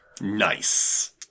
Nice